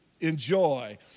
enjoy